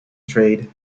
trade